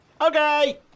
Okay